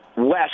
West